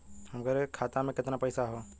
हमरे खाता में कितना पईसा हौ?